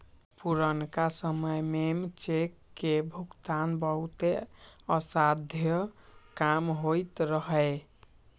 पुरनका समय में चेक के भुगतान बहुते असाध्य काम होइत रहै